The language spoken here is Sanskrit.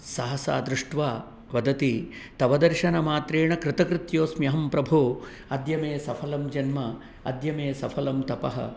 सहसा दृष्ट्वा वदति तव दर्शनमात्रेण कृतकृत्योस्म्यहं प्रभो अद्य मे सफलं जन्म अद्य मे सफलं तपः